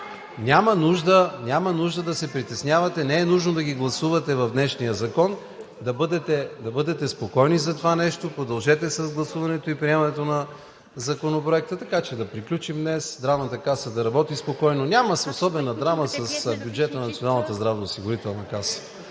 Няма нужда да се притеснявате. Не е нужно да ги гласувате в днешния закон. Бъдете спокойни за това нещо. Продължете с гласуването и приемането на Законопроекта, така че да приключим днес, Здравната каса да работи спокойно. Няма особена драма с бюджета на Националната здравноосигурителна каса.